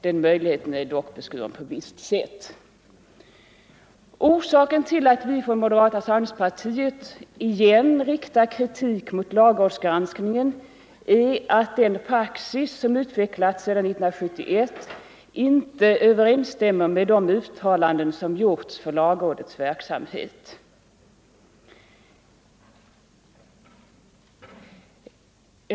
Den möjligheten är dock beskuren på visst sätt. Orsaken till att vi från moderata samlingspartiet igen riktar kritik mot lagrådsgranskningen är att den praxis som utvecklats sedan 1971 inte överensstämmer med de uttalanden som gjorts rörande lagrådets verksamhet.